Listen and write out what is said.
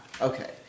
Okay